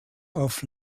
auf